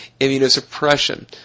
immunosuppression